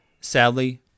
Sadly